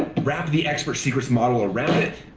wrap the expert secrets model around it,